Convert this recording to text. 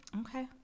Okay